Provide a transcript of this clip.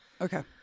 Okay